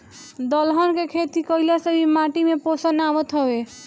दलहन के खेती कईला से भी माटी में पोषण आवत हवे